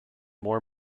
more